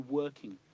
working